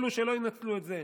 אלו שלא ינצלו את זה,